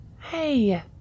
Hey